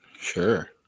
Sure